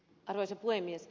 arvoisa puhemies